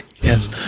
Yes